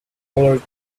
colored